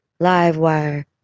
Livewire